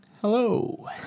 Hello